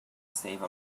save